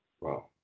Wow